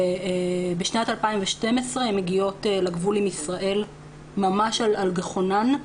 בשנת 2012 הן מגיעות לגבול עם ישראל ממש על גחונן,